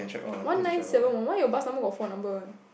one nine seven one why your bus number got four number one